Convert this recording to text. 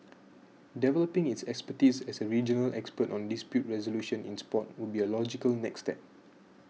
developing its expertise as a regional expert on dispute resolution in sport would be a logical next step